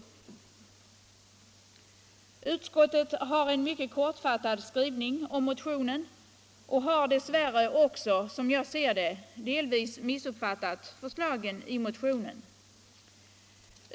Utskottet har en mycket kortfattad skrivning om motionen och har dess värre också, som jag ser det, delvis missuppfattat förslagen i motionen.